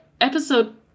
episode